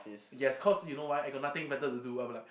yes cause you know why I got nothing better to do I will be like